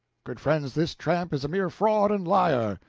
good friends, this tramp is a mere fraud and liar.